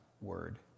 word